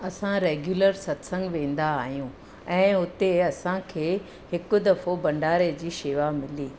असां रेगुलर सत्संगु वेंदा आहियूं ऐं उते असांखे हिकु दफ़ो भंडारे जी शेवा मिली